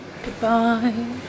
Goodbye